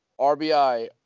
RBI